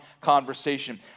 conversation